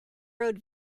road